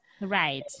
right